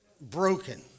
broken